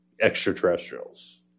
extraterrestrials